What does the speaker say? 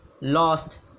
lost